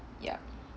ya